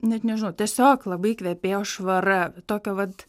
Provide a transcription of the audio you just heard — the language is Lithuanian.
net nežinau tiesiog labai kvepėjo švara tokio vat